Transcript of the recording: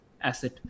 asset